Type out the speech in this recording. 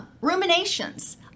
Ruminations